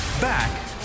Back